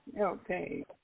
Okay